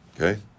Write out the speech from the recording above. okay